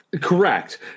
Correct